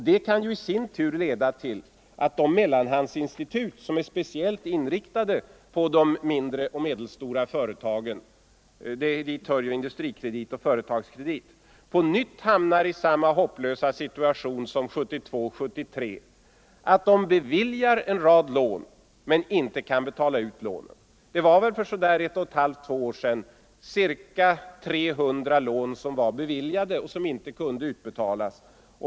Det kan ju i sin tur leda till att de mellanhandsinstitut som är speciellt inriktade på de mindre och medelstora företagen — dit hör ju Industrikredit och Företagskredit — på nytt hamnar i samma hopplösa situation som 1972 och 1973, nämligen att de beviljar en rad lån men inte kan betala ut lånen. Det var väl för ett till ett och ett halvt år sedan ca 300 lån som var beviljade men inte kunde utbetalas.